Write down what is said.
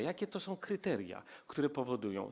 Jakie to są kryteria, które to powodują?